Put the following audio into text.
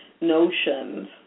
notions